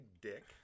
dick